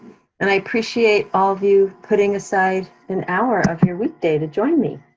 and i appreciate all of you putting aside an hour of your weekday to join me.